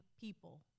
people